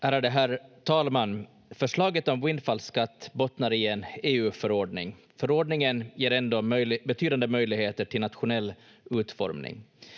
Ärade herr talman! Förslaget om windfall-skatt bottnar i en EU-förordning. Förordningen ger ändå betydande möjligheter till nationell utformning.